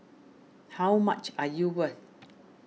how much are you worth